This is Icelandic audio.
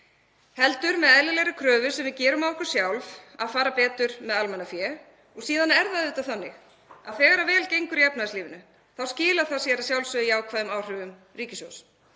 heldur með eðlilegri kröfu sem við gerum á okkur sjálf, að fara betur með almannafé. Síðan er það auðvitað þannig að þegar vel gengur í efnahagslífinu þá skilar það sér að sjálfsögðu í jákvæðum áhrifum á ríkissjóð.